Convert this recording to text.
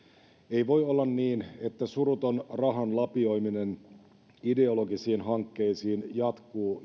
ei voi olla niin että suruton rahan lapioiminen ideologisiin hankkeisiin jatkuu